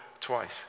twice